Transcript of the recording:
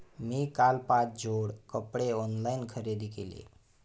मी काल पाच जोड कपडे ऑनलाइन खरेदी केले